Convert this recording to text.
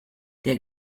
der